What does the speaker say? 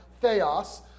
theos